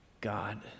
God